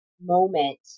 moment